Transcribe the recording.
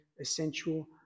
essential